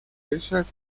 ryszard